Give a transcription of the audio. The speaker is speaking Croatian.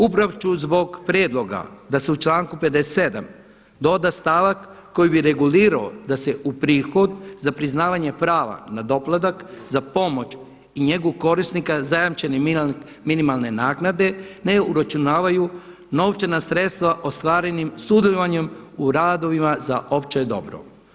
Upravo ću zbog prijedloga da se u članku 57. doda stavak koji bi regulirao da se u prihod za priznavanje prava na doplatak za pomoć i njegu korisnika zajamčene minimalne naknade ne uračunavaju novčana sredstva ostvarenim sudjelovanjem u radovima za opće dobro.